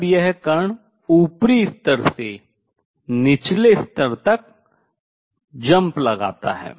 जब यह कण ऊपरी स्तर से निचले स्तर तक छलांग लगाता है